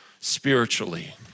spiritually